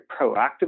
proactive